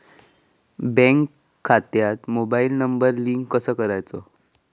Bank खात्यात mobile number link कसो करायचो?